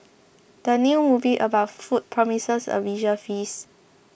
the new movie about food promises a visual feast